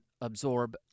absorb